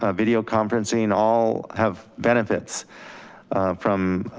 ah video conferencing, all have benefits from